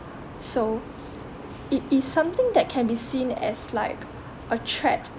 so it is something that can be seen as like a threat